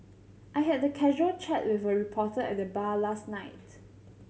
I had a casual chat with a reporter at the bar last night